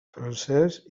francès